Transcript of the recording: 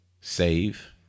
save